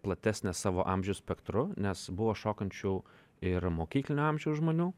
platesnės savo amžiaus spektru nes buvo šokančių ir mokyklinio amžiaus žmonių